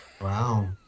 Wow